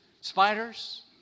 Spiders